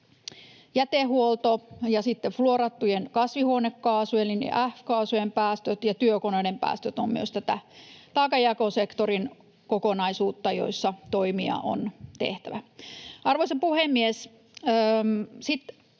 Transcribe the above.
Jätehuolto ja fluorattujen kasvihuonekaasujen eli F-kaasujen päästöt ja työkoneiden päästöt ovat myös tätä taakanjakosektorin kokonaisuutta, jossa toimia on tehtävä. Arvoisa puhemies!